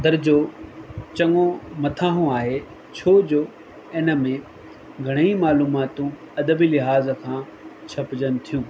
दर्जो चङो मथां ओ आहे छोजो इन में घणे ई मालुमातू अदब लिहाज़ खां छपिजनि थियूं